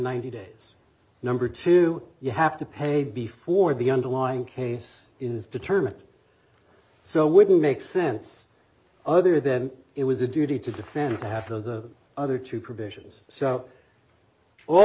dollars days number two you have to pay before the underlying case is determined so wouldn't make sense other than it was a duty to defend half of the other two provisions so all